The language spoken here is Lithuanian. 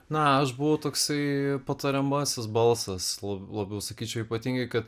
na aš buvau toksai patariamasis balsas labiau sakyčiau ypatingai kad